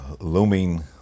looming